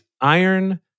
iron